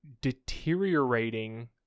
deteriorating